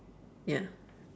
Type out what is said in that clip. ya